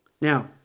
Now